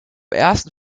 ersten